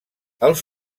els